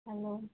hello